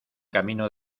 camino